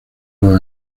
los